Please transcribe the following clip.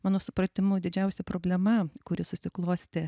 mano supratimu didžiausia problema kuri susiklostė